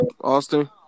Austin